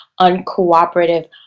uncooperative